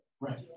right